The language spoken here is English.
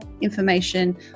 information